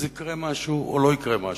אז יקרה משהו או לא יקרה משהו,